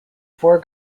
four